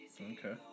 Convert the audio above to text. Okay